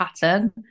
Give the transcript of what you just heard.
pattern